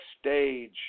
stage